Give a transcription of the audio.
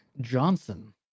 johnson